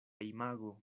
imago